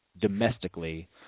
domestically